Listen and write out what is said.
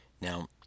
Now